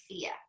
fear